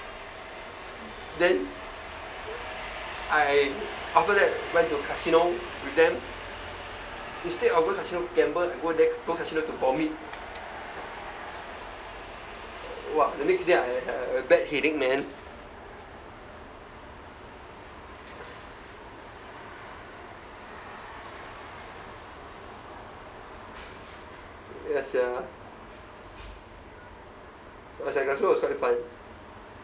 then I after that went to casino with them instead of going to casino gamble I go there go to casino to vomit !wah! the next day I had a bad headache man yes sia it was like glasgow was quite fun